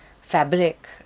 fabric